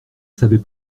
savait